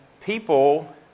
people